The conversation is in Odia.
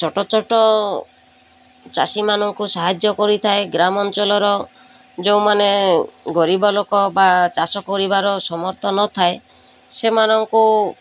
ଛୋଟ ଛୋଟ ଚାଷୀମାନଙ୍କୁ ସାହାଯ୍ୟ କରିଥାଏ ଗ୍ରାମାଞ୍ଚଳର ଯେଉଁମାନେ ଗରିବ ଲୋକ ବା ଚାଷ କରିବାର ସମର୍ଥ ନଥାଏ ସେମାନଙ୍କୁ